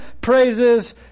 praises